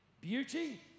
Beauty